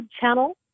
channel